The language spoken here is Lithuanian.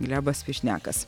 glebas fišniakas